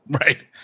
right